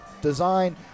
design